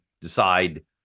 decide